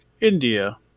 India